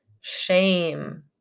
shame